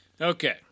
Okay